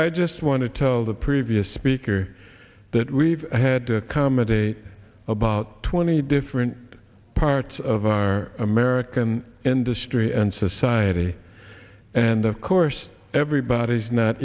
i just want to tell the previous speaker that we've had come a day about twenty different parts of our american industry and society and of course everybody's not